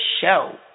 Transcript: show